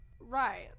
Right